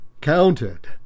counted